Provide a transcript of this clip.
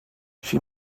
she